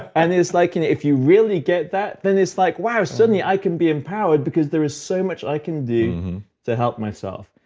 and like and if you really get that then it's like, wow. suddenly i can be empowered because there is so much i can do to help myself.